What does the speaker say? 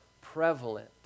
prevalent